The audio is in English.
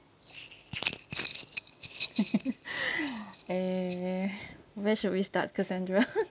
eh where should we start cassandra